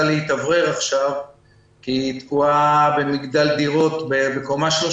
להתאוורר עכשיו כי היא תקועה במגדל דירות בקומה 30